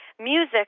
music